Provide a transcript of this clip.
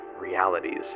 realities